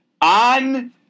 on